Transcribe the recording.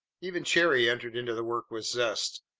even cherry entered into the work with zest,